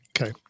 Okay